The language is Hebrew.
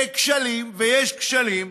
וכשלים,